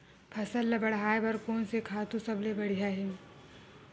फसल ला बढ़ाए बर कोन से खातु सबले बढ़िया हे?